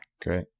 Great